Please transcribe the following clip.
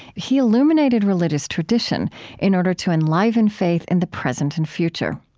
he illuminated religious tradition in order to enliven faith in the present and future.